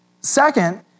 Second